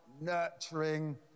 nurturing